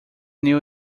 new